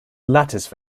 lattice